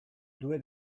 due